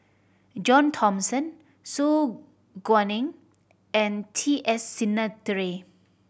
John Thomson Su Guaning and T S Sinnathuray